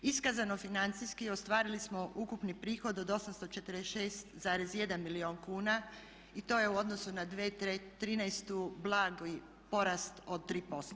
Iskazano financijski ostvarili smo ukupni prihod od 846,1 milijun kuna i to je u odnosu na 2013. blagi porast od 3%